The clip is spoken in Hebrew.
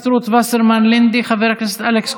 היחידים שמנסים לסתום פיות זה אתם לממשלה שזכתה באמון של הכנסת.